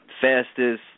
Fastest